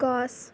গছ